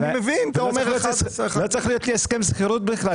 ולא צריך להיות לי הסכם שכירות שלי בכלל.